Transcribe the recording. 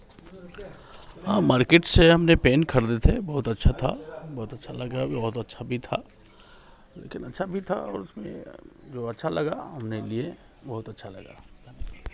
हाँ मार्केट से हमने पेन खरीदे थे बहुत अच्छा था बहुत अच्छा लगा बहुत अच्छा भी था लेकिन अच्छा भी था और उसमें जो अच्छा लगा हमने लिए बहुत अच्छा लगा